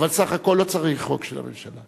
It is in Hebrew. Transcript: אבל סך הכול לא צריך חוק של הממשלה.